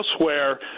elsewhere